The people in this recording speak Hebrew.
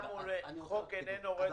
חוק איננו רטרו.